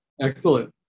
Excellent